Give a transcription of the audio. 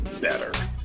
better